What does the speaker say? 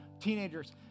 teenagers